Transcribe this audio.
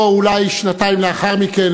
או אולי שנתיים לאחר מכן,